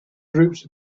groups